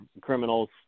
criminals